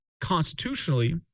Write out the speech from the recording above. Constitutionally